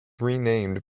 renamed